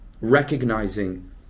recognizing